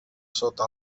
sota